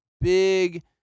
big